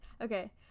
Okay